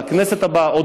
לכנסת הבאה,